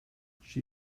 she